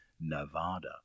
Nevada